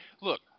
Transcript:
look